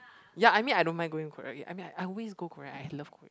ya I mean I don't mind going Korea I mean like I always go Korea I love